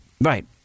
Right